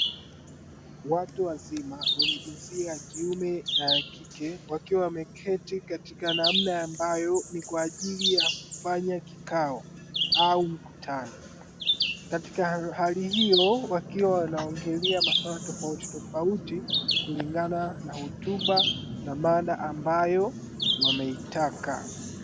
Watu wazima wa jinsia ya kike na kiume wakiwa wameketi katika namna ambayo ni kwa ajili ya kufanya kikao au mkutano, katika hali hiyo wakiwa wanaongelea maswala tofauti tofauti kulingana na hotuba na maana ambayo wameitaka.